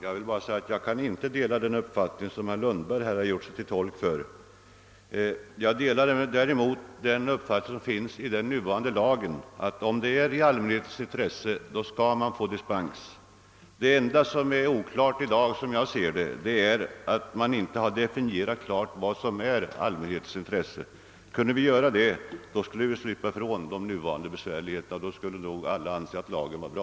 Herr talman! Jag kan inte dela den uppfattning som herr Lundberg gjorde sig till tolk för. Däremot delar jag den uppfattning som kommer till uttryck i den nuvarande lagen, nämligen att dispens kan lämnas om det är påkallat med hänsyn till allmänhetens intresse. Det enda som nu är oklart är hur man skall definiera detta uttryck. Kan vi göra det kommer vi ifrån de nuvarande svårigheterna, och då kommer säkerligen alla att anse att lagen är bra.